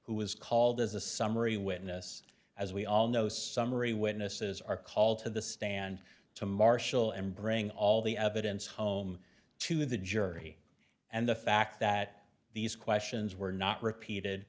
who was called as a summary witness as we all know summary witnesses are called to the stand to marshal and bring all the evidence home to the jury and the fact that these questions were not repeated